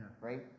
right